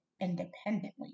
independently